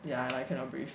yeah like I cannot breathe